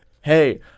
hey